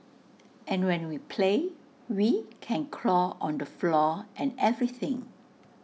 and when we play we can crawl on the floor and everything